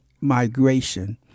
migration